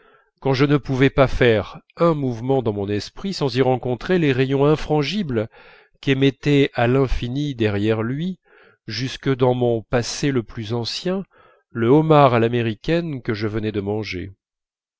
quand je ne pouvais pas faire un mouvement dans mon esprit sans y rencontrer les rayons infrangibles qu'émettait à l'infini derrière lui jusque dans mon passé le plus ancien le homard à l'américaine que je venais de manger